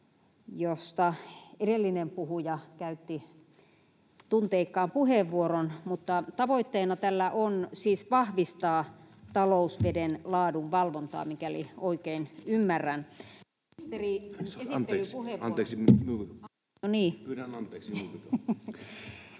josta edellinen puhuja käytti tunteikkaan puheenvuoron. Tavoitteena tällä on siis vahvistaa talousveden laadunvalvontaa, mikäli oikein ymmärrän. Ministeri